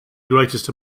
greatest